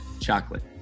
chocolate